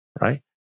right